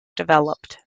developed